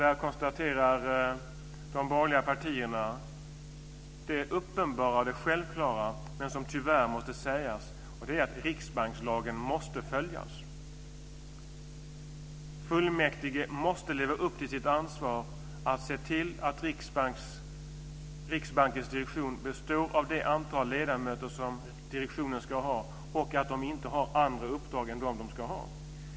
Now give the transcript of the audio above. Där konstaterar de borgerliga partierna det uppenbara och självklara som tyvärr måste sägas, nämligen att riksbankslagen måste följas. Fullmäktige måste leva upp till sitt ansvar och se till att Riksbankens direktion består av det antal ledamöter som direktionen ska bestå av och att de inte har andra uppdrag än vad de ska ha.